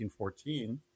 1914